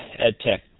EdTech